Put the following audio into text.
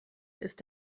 ist